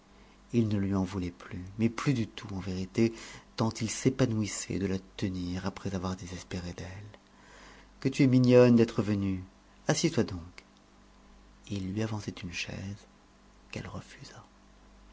il ne lui en voulait plus mais plus du tout en vérité tant il s'épanouissait de la tenir après avoir désespéré d'elle que tu es mignonne d'être venue assieds-toi donc et il lui avançait une chaise qu'elle refusa